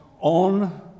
on